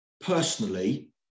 personally